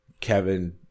kevin